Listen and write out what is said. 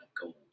gold